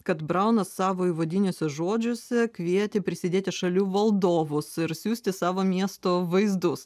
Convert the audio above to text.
kad braunas savo įvadiniuose žodžiuose kvietė prisidėti šalių valdovus ir siųsti savo miesto vaizdus